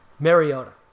Mariota